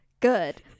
Good